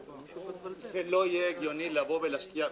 זה לא יהיה הגיוני להשקיע,